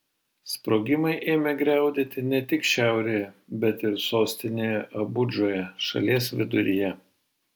sprogimai ėmė griaudėti ne tik šiaurėje bet ir sostinėje abudžoje šalies viduryje